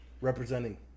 representing